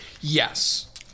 Yes